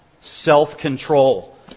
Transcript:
Self-control